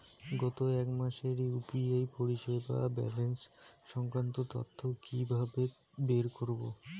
গত এক মাসের ইউ.পি.আই পরিষেবার ব্যালান্স সংক্রান্ত তথ্য কি কিভাবে বের করব?